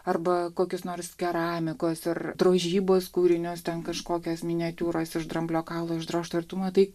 arba kokius nors keramikos ar drožybos kūrinius ten kažkokias miniatiūras iš dramblio kaulo išdrožtą ir tu matai